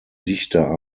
dichter